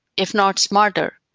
if not smarter,